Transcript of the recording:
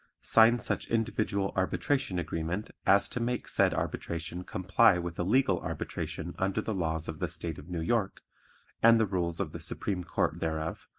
sign such individual arbitration agreement as to make said arbitration comply with a legal arbitration under the laws of the state of new york and the rules of the supreme court thereof,